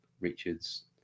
Richards